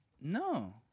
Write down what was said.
No